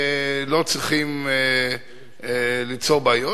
ולא צריכים ליצור בעיות.